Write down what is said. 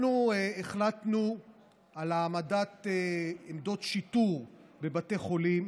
אנחנו החלטנו על העמדת עמדות שיטור בבתי חולים,